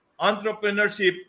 entrepreneurship